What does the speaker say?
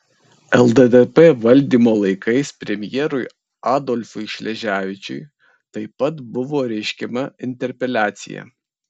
lddp valdymo laikais premjerui adolfui šleževičiui taip pat buvo reiškiama interpeliacija